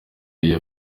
iyo